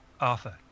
Arthur